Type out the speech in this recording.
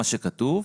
כפי שכתוב,